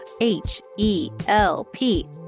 H-E-L-P